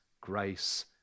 grace